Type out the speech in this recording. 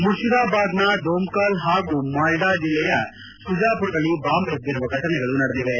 ಮುರ್ಷದಾಬಾದ್ನ ದೊಮ್ನಾಲ್ ಹಾಗೂ ಮಾಲ್ಡಾ ಜಿಲ್ಲೆಯ ಸುಜಾಪುರದಲ್ಲಿ ಬಾಂಬ್ ಎಸೆದಿರುವ ಘಟನೆಗಳು ನಡೆದಿವೆ